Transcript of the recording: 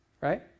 right